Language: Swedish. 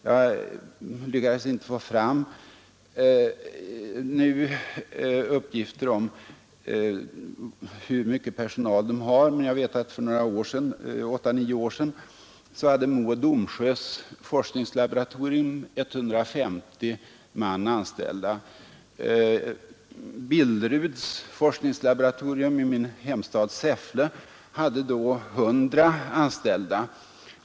Jag har inte till den här debatten hunnit få fram uppgifter om hur stor deras aktuella personal är, men för 8—9 år sedan hade Mo och Domsjös forskningslaboratorium 150 man anställda. Billeruds forskningslaboratorium i min hemstad Säffle hade då 100 personer anställda.